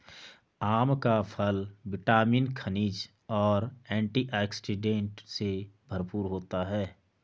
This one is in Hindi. आम का फल विटामिन, खनिज और एंटीऑक्सीडेंट से भरपूर होता है